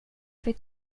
fick